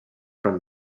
from